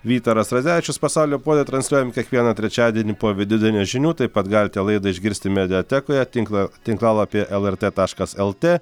vytaras radzevičius pasaulio puodai transliuojami kiekvieną trečiadienį po vidudienio žinių taip pat galite laidą išgirsti mediatekoje tinkla tinklalapyje lrt taškas lt